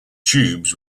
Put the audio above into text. tubes